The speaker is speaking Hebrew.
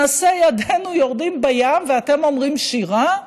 מעשה ידינו יורדים בים ואתם אומרים שירה?